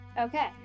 Okay